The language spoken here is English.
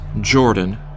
Jordan